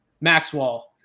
Maxwell